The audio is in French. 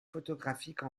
photographique